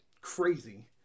crazy